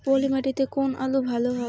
পলি মাটিতে কোন আলু ভালো হবে?